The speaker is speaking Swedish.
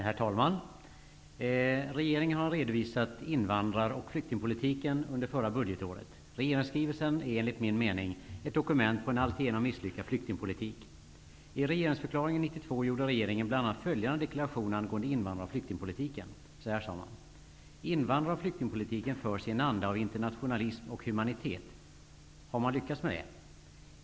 Herr talman! Regeringen har redovisat invand rar och flyktingpolitiken under förra budgetåret. Regeringsskrivelsen är enligt min mening ett dokument på en alltigenom misslyckad flykting politik. I regeringsförklaringen 1992 gjorde rege ringen bl.a. följande deklaration angående in vandrar och flyktingpolitiken. Så här sa man: ''Invandrar och flyktingpoliti ken förs i en anda av internationalism och huma nitet.'' Har man lyckats med det?